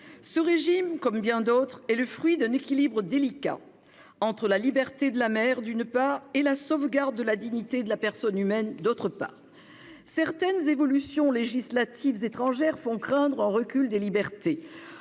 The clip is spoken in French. Ce régime, comme bien d'autres, est le fruit d'un équilibre délicat, qui concilie, en l'espèce, la liberté de la mère, d'une part, et la sauvegarde de la dignité de la personne humaine, d'autre part. Certaines évolutions législatives étrangères font craindre un recul des libertés.